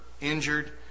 injured